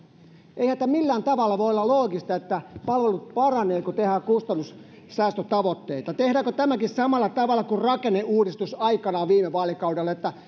eihän tämä millään tavalla voi olla loogista että palvelut paranevat kun tehdään kustannussäästötavoitteita tehdäänkö tämäkin samalla tavalla kuin rakenneuudistus aikanaan viime vaalikaudella että